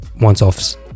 once-offs